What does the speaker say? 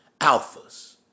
alphas